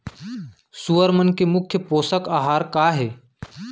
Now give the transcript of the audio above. सुअर मन के मुख्य पोसक आहार का हे?